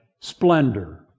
splendor